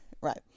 Right